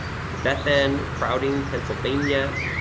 beth-anne crowding pennsylvania.